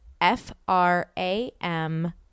f-r-a-m-